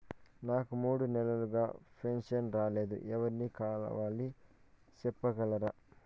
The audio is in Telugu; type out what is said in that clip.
నాకు మూడు నెలలుగా పెన్షన్ రాలేదు ఎవర్ని కలవాలి సెప్పగలరా?